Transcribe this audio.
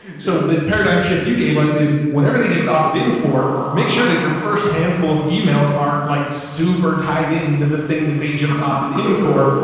so the paradigm shift you gave us is whatever they just opted in for make sure that your first handful of emails are like super tied into the thing that they just opted in for.